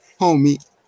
homie